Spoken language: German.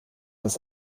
das